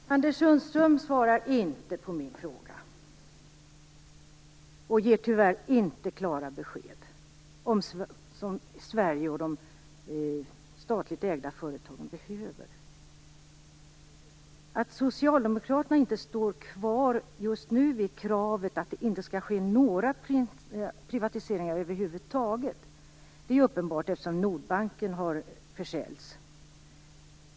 Fru talman! Anders Sundström svarar inte på min fråga och ger tyvärr inte de klara besked som Sverige och de statligt ägda företagen behöver. Att socialdemokraterna inte just nu står kvar vid kravet att det inte skall ske några privatiseringar över huvud taget är uppenbart, eftersom Nordbanken har sålts.